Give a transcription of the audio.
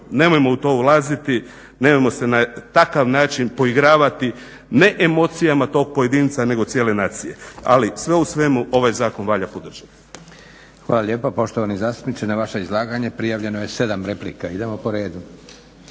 nemojmo u to ulaziti, nemojmo se na takav način poigravati, ne emocijama tog pojedinca nego cijele nacije. Ali sve u svemu ovaj zakon valja podržati. **Leko, Josip (SDP)** Hvala lijepa. Poštovani zastupniče na vaše izlaganje prijavljeno je 7 replika. Idemo po redu.